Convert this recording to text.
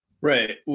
Right